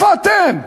איפה אתם?